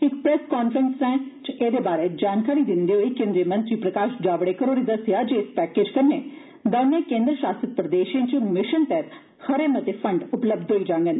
इक press conference च एदे बारै च जानकारी दिन्दे होई केन्द्री मंत्री प्रकाश जावड़ेकर होरें दस्सेआ जे इस पैकेज कन्नै दौनें केन्द्र शासित प्रदेशें च मिश्न तैहत खरे मते फंड उपलब्ध होई जांगन